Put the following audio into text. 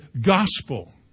gospel